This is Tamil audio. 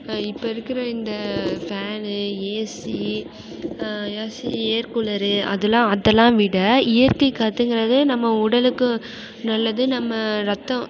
இப்போ இருக்கிற இந்த ஃபேனு ஏசி ஏசி ஏர்கூலரு அதுலாம் அதலாம் விட இயற்கை காற்றுங்குறது நம்ம உடலுக்கு நல்லது நம்ம ரத்தம்